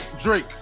drake